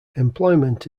employment